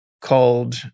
called